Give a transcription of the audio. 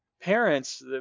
Parents